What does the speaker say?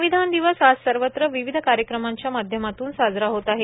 संविधान दिवस आज सर्वत्र विविध कार्यक्रमांच्या माध्यमातून साजरा होत आहे